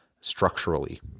structurally